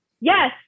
Yes